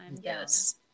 Yes